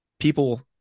People